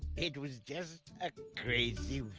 it was just a crazy